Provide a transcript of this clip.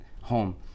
home